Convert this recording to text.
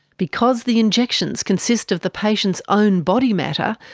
because the injections consist of the patient's own body matter,